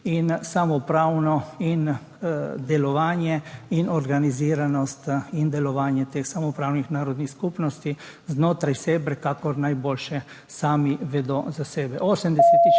in samoupravnem delovanju in organiziranosti ter delovanju teh samoupravnih narodnih skupnosti znotraj sebe, kakor najboljše sami vedo zase.